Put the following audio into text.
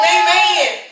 Amen